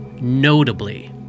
notably